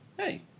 Hey